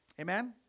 Amen